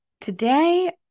Today